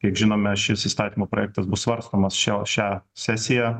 kiek žinome šis įstatymų projektas bus svarstomas šio šią sesiją